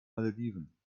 malediven